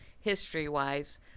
history-wise